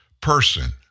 person